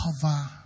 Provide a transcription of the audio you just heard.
cover